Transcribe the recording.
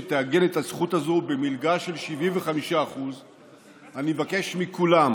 שתעגן את הזכות הזו במלגה של 75%. אני מבקש מכולם,